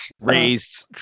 raised